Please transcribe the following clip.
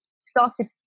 started